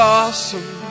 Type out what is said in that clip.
awesome